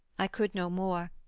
i could no more,